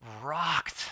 rocked